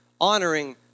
honoring